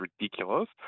ridiculous